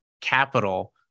capital